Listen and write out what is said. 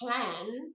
plan